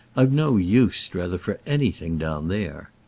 i've no use, strether, for anything down there.